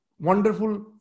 wonderful